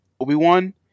Obi-Wan